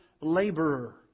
laborer